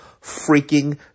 freaking